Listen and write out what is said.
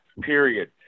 period